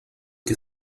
que